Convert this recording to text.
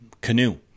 canoe